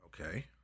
Okay